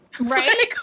Right